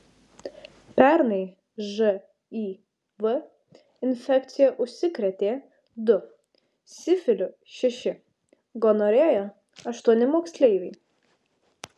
pernai živ infekcija užsikrėtė du sifiliu šeši gonorėja aštuoni moksleiviai